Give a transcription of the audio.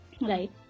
right